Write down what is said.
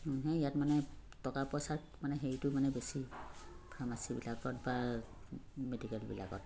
সেই ইয়াত মানে টকা পইচাত মানে হেৰিটো মানে বেছি ফাৰ্মাচীবিলাকত বা মেডিকেলবিলাকত